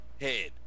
head